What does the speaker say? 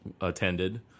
attended